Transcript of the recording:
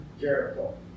Jericho